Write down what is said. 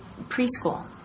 preschool